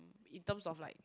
in terms of like